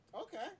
Okay